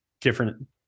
different